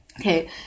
Okay